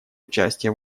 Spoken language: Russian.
участие